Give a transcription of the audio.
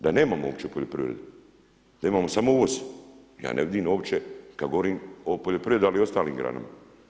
Da nemamo uopće poljoprivredu, da imamo samo uvoz, ja ne vidim uopće kad govorim o poljoprivredi, ali i ostalim granama.